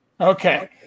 Okay